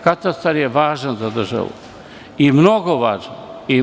Katastar je važan za državu, mnogo važan.